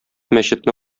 мәчетне